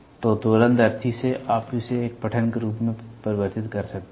तो दोलनदर्शी से आप इसे एक पठन रूप में परिवर्तित कर सकते हैं